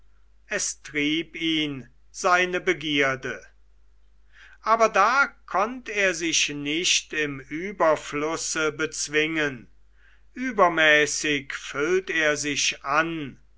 es trieb ihn seine begierde aber da konnt er sich nicht im überflusse bezwingen übermäßig füllt er sich an